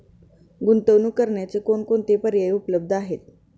गुंतवणूक करण्याचे कोणकोणते पर्याय उपलब्ध आहेत?